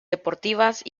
deportivas